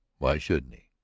why shouldn't he?